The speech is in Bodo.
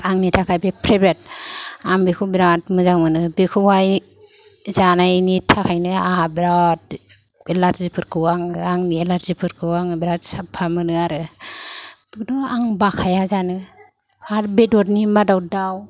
आंनि थाखाय बे फेब्रेट आं बेखौ बिराद मोजां मोनो बेखौहाय जानायनि थाखायनो आंहा बिराद एलारजिफोरखौ आं आं एलारजिफोरखौ आङो बिराद साफा मोनो आरो बेखौ आं बाखाया जानो आरो बेदरनि मादाव दाउ